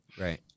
right